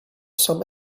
some